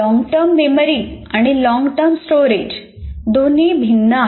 long term memory आणि long term storage दोन्ही भिन्न आहेत